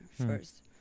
first